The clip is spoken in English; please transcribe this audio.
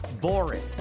boring